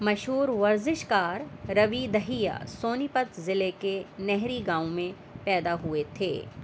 مشہور ورزش کار روی دہیا سونی پت ضلعے کے نہری گاؤں میں پیدا ہوئے تھے